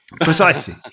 Precisely